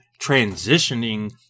transitioning